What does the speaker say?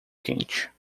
quente